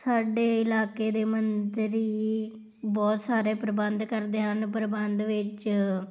ਸਾਡੇ ਇਲਾਕੇ ਦੇ ਮੰਤਰੀ ਬਹੁਤ ਸਾਰੇ ਪ੍ਰਬੰਧ ਕਰਦੇ ਹਨ ਪ੍ਰਬੰਧ ਵਿੱਚ